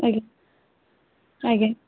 ଆଜ୍ଞା ଆଜ୍ଞା